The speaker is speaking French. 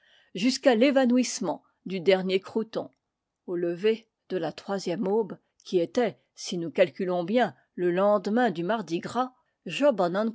jusqu'à l'évanouissement du dernier croûton au lever de la troisième aube qui était si nous calculons bien le lendemain du mardi gras job